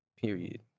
Period